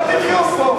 אל תחיו פה.